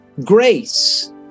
grace